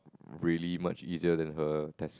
really much easier than her test